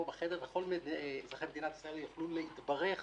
בחדר וכל אזרחי מדינת ישראל יוכלו להתברך